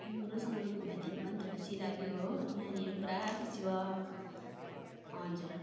राम्रोसँगले घुमाइदिनु भयो नि त खुसी लाग्यो हो नानीहरू पुरा खुसी भयो हजुर